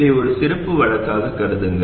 இதை ஒரு சிறப்பு வழக்காக கருதுங்கள்